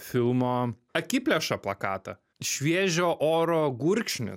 filmo akiplėša plakatą šviežio oro gurkšnį